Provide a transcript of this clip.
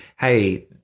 hey